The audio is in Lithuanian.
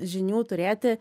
žinių turėti